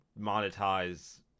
monetize